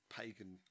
pagan